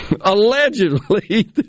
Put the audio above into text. allegedly